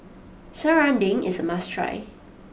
Serunding is a must try